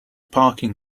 parking